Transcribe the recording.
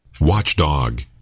Watchdog